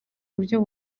buryo